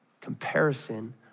Comparison